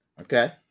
Okay